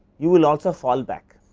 you will also fall back.